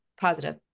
positive